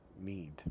need